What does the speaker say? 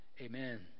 amen